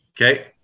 Okay